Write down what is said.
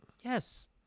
yes